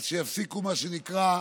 אז שיפסיקו, מה שנקרא,